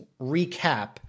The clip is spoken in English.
recap